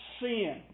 sin